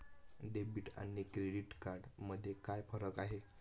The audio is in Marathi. डेबिट आणि क्रेडिट कार्ड मध्ये काय फरक आहे?